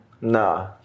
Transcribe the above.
Nah